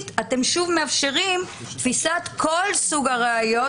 אתם שוב מאפשרים תפיסת כל סוג הראיות.